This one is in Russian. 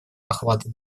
охвата